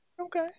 Okay